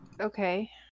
Okay